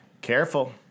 Careful